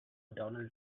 donald